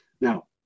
Now